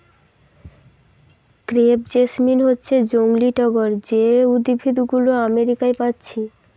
crepe jasmine হচ্ছে জংলি টগর যে উদ্ভিদ গুলো আমেরিকা পাচ্ছি